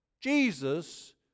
Jesus